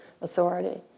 authority